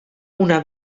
una